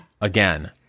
again